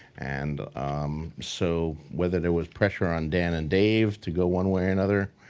and so, whether there was pressure on dan and dave to go one way or another,